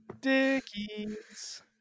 dickies